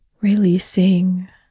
releasing